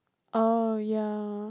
oh ya